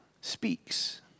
speaks